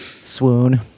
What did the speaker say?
Swoon